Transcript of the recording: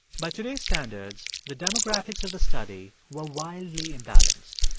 by today's standards, the demographics of the study were wildly imbalanced.